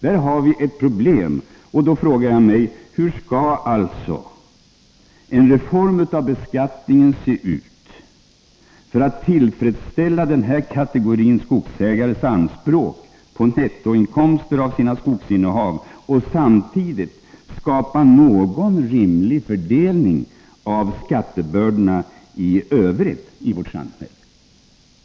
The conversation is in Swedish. Detta är ett problem, och jag frågar mig hur en reform av beskattningen skall se ut för att tillfredsställa den här skogsägarkategorins anspråk på nettoinkomster av sina skogsinnehav och samtidigt skapa någon rimlig fördelning av skattebördorna i övrigt i vårt samhälle.